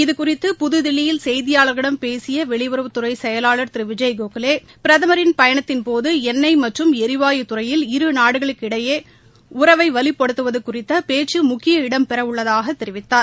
இதுகுறித்து புதுதில்லியில் செய்தியாளர்களிடம் பேசிய வெளியுறவுத்துறை செயலாளர் திரு விஜய் கோகலே பிரதமரின் பயணத்தின்போது எண்ணெய் மற்றும் எரிவாயு துறையில் இருநாடுகளுக்கிடையே உறவை வலுப்படுத்துவது குறித்த பேச்சு முக்கிய இடம் பெறவுள்ளதாக தெரிவித்தார்